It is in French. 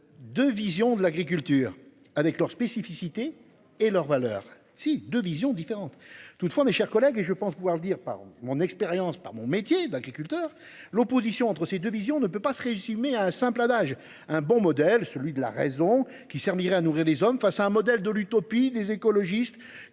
De vision de l'agriculture avec leur spécificité et leur valeur si 2 visions différentes toutefois, mes chers collègues. Et je pense pouvoir dire par mon expérience par mon métier d'agriculteur. L'opposition entre ces 2 visions ne peut pas se résumer à un simple adage un bon modèle celui de la raison qui servirait à nourrir les hommes face à un modèle de l'utopie des écologistes